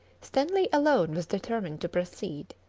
stanley alone was determined to proceed.